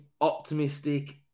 optimistic